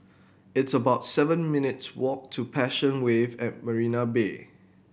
it's about seven minutes walk to Passion Wave at Marina Bay